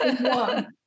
one